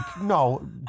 No